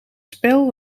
spel